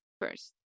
first